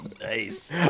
Nice